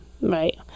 right